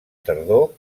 tardor